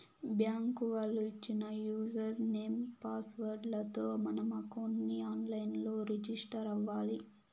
bank వాళ్ళు ఇచ్చిన user name, password లతో మనం అకౌంట్ ని ఆన్ లైన్ లో రిజిస్టర్ అవ్వాలి